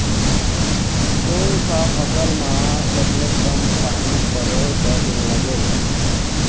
कोन सा फसल मा सबले कम पानी परोए बर लगेल?